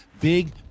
big